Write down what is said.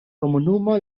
komunumo